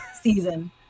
season